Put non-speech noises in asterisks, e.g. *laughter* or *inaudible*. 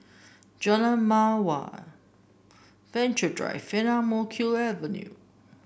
Jalan Mawar Venture Drive *unintelligible* Ang Mo Kio Avenue